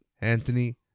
Anthony